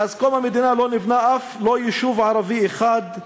מאז קום המדינה לא נבנה אף יישוב ערבי אחד,